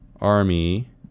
army